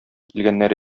килгәннәр